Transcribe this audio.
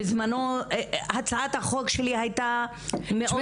בזמנו, הצעת החוק שלי הייתה מאוד ספציפית.